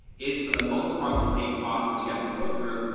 it's, for the most part, the same process you have to go through.